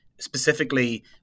specifically